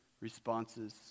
responses